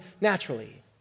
naturally